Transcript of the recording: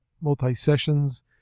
multi-sessions